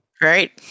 Right